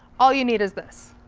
all you need is this.